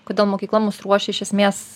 kodėl mokykla mus ruošia iš esmės